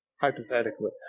hypothetically